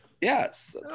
Yes